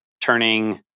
turning